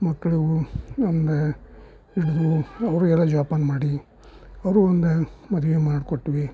ಮಕ್ಕಳು ನಮ್ಮದೇ ಇದು ಅವರಿಗೆಲ್ಲ ಜೋಪಾನ ಮಾಡಿ ಅವರು ಮುಂದೆ ಮದುವೆ ಮಾಡಿಕೊಟ್ವಿ